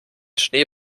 schnee